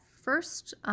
first